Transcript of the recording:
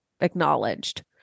acknowledged